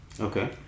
Okay